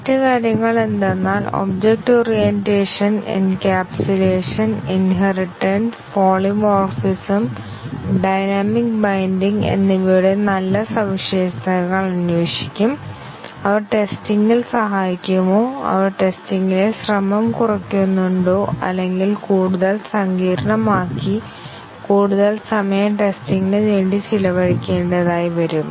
മറ്റ് കാര്യങ്ങൾ എന്തെന്നാൽ object orientation encapsulation inheritance polymorphism dynamic binding എന്നിവയുടെ നല്ല സവിശേഷതകൾ അന്വേഷിക്കും അവർ ടെസ്റ്റിങ്ൽ സഹായിക്കുമോ അവർ ടെസ്റ്റിങ് ലെ ശ്രമം കുറയ്ക്കുന്നുണ്ടോ അല്ലെങ്കിൽ കൂടുതൽ സങ്കീർണ്ണമാക്കി കൂടുതൽ സമയം ടെസ്റ്റിങ് നു വേണ്ടി ചിലവഴിക്കണ്ടതായി വരും